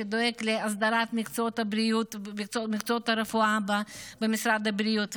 שדואג להסדרת מקצועות הרפואה במשרד הבריאות,